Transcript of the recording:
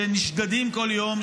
שנשדדים כל יום,